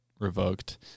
revoked